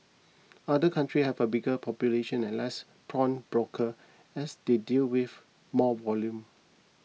other country have a bigger population and less pawnbroker as they deal with more volume